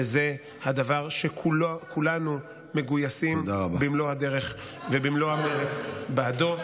שזה הדבר שכולנו מגויסים במלוא הדרך ובמלוא המרץ בעדו.